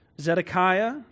Zedekiah